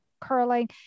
curling